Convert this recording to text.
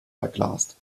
verglast